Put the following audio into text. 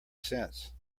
sense